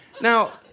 Now